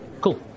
Cool